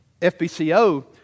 FBCO